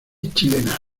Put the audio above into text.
chilena